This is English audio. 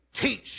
teach